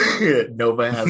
Nova